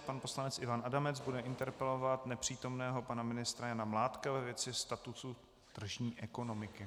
Pan poslanec Ivan Adamec bude interpelovat nepřítomného pana ministra Jana Mládka ve věci statusu tržní ekonomiky.